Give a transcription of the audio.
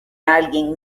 alguien